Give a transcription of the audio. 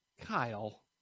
Kyle